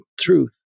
Truth